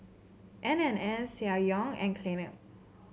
N and N Ssangyong and Clinique